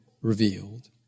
revealed